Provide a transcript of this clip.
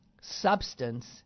substance